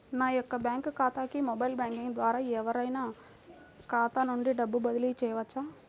నా యొక్క బ్యాంక్ ఖాతాకి మొబైల్ బ్యాంకింగ్ ద్వారా ఎవరైనా ఖాతా నుండి డబ్బు బదిలీ చేయవచ్చా?